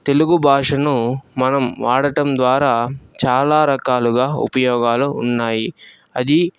తెలుగు భాషను మనం వాడటం ద్వారా చాలా రకాలుగా ఉపయోగాలు ఉన్నాయి అదీ